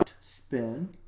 Spin